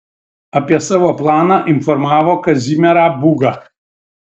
apie savo planą informavo kazimierą būgą